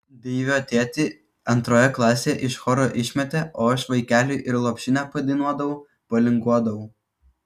deivio tėtį antroje klasėje iš choro išmetė o aš vaikeliui ir lopšinę padainuodavau palinguodavau